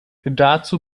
dazu